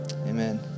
amen